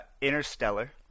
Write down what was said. Interstellar